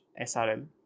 SRL